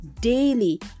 daily